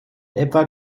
etwa